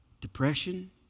Depression